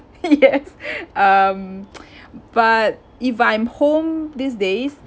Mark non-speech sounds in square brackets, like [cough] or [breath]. yes [breath] um [noise] but if I'm home these days